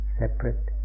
separate